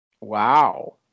Wow